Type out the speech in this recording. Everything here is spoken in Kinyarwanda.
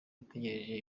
ategereje